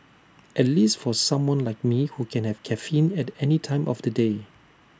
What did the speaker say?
at least for someone like me who can have caffeine at any time of the day